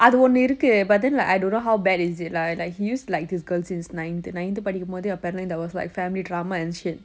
அது ஒன்னு இருக்கு:athu onnu irukku but then like I don't how bad is it lah like he use to like this girl since nine~ ninth படிக்கும்போதே:padikkumbothe apparently there was like family drama and shit